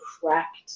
cracked